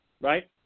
right